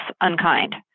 unkind